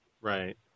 right